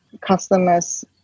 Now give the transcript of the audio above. customers